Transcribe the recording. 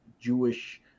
Jewish